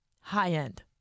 high-end